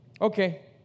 okay